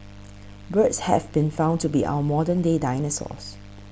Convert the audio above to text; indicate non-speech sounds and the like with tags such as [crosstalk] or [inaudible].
[noise] birds have been found to be our modern day dinosaurs